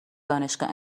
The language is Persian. دانشگاه